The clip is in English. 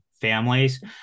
families